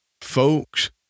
Folks